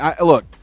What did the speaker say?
look